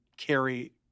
carry